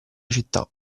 città